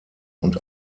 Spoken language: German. und